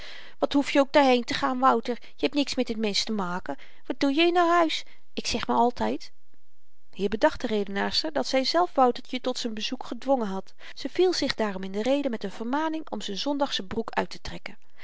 wat hoefje ook daarheen te gaan wouter je hebt niks met het mensch te maken wat doe je in haar huis ik zeg maar altyd hier bedacht de redenaarster dat zyzelf woutertje tot z'n bezoek gedwongen had ze viel zich daarom in de rede met n vermaning om z'n zondagsche broek uittetrekken en